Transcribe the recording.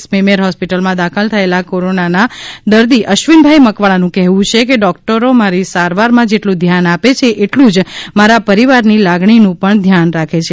સ્મીમેર હોસ્પિટલમાં દાખલ થયેલા કોરોના ના દર્દી અશ્વિનભાઈ મકવાણાનું કહેવું છે કે ડોક્ટરો મારી સારવારમાં જેટલું ધ્યાન આપે છે એટલું જ મારા પરિવારની લાગણીનું પણ ધ્યાન રાખે છે